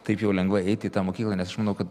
taip jau lengvai eiti į tą mokyklą nes manau kad